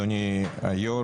אדוני היושב-ראש,